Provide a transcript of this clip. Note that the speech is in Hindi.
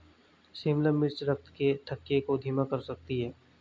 शिमला मिर्च रक्त के थक्के को धीमा कर सकती है